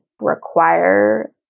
require